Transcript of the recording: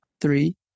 Three